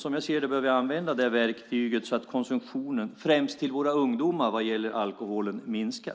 Som jag ser det behöver vi använda det verktyget så att konsumtionen av alkohol främst när det gäller våra ungdomar minskar.